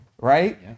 right